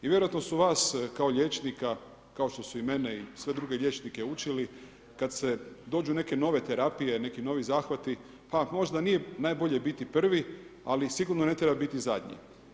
I vjerojatno su vas kao liječnika, kao što su i mene i sve druge liječnike učili, kada dođu neke nove terapije, neki novi zahvati, ha možda nije najbolje biti prvi, ali sigurno ne treba biti ni zadnji.